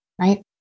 right